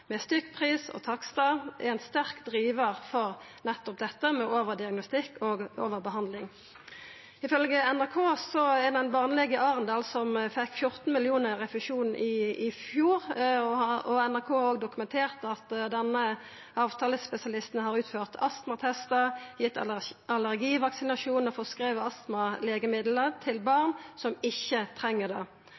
med stykkpris og takstar, er ein sterk drivar for nettopp overdiagnostikk og overbehandling. Ifølgje NRK fekk ein barnelege i Arendal 14 mill. kr i refusjon i fjor, og NRK har dokumentert at denne avtalespesialisten har utført astmatestar, gitt allergivaksinar og føreskrive astmalegemiddel til barn som ikkje treng det.